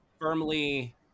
firmly